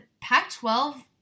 Pac-12